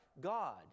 God